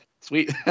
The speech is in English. Sweet